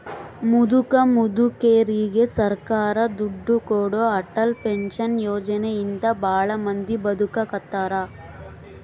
ಮುದುಕ ಮುದುಕೆರಿಗೆ ಸರ್ಕಾರ ದುಡ್ಡು ಕೊಡೋ ಅಟಲ್ ಪೆನ್ಶನ್ ಯೋಜನೆ ಇಂದ ಭಾಳ ಮಂದಿ ಬದುಕಾಕತ್ತಾರ